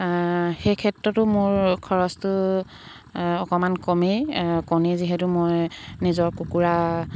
সেই ক্ষেত্ৰতো মোৰ খৰচটো অকণমান কমেই কণী যিহেতু মই নিজৰ কুকুৰা